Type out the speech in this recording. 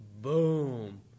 boom